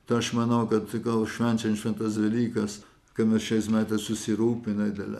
tai aš manau kad gal švenčiant šventas velykas kam mes šiais metais susirūpinę dėl